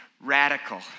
radical